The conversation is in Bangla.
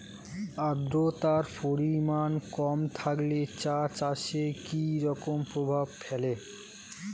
আদ্রতার পরিমাণ কম থাকলে চা চাষে কি রকম প্রভাব ফেলে?